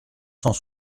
cent